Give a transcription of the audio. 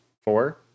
four